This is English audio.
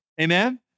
Amen